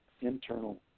internal